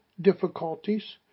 difficulties